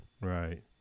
Right